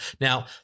Now